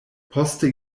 poste